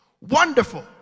Wonderful